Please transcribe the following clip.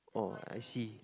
oh I see